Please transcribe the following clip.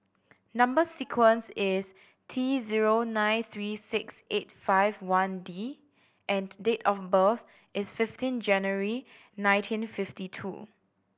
number sequence is T zero nine three six eight five one D and date of birth is fifteen January nineteen fifty two